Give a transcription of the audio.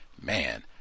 man